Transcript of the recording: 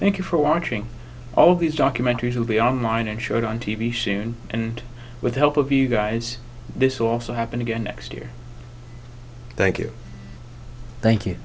thank you for watching all these documentaries will be online in short on t v shewn and with the help of you guys this also happen again next year thank you thank you